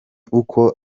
uko